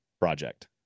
project